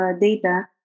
data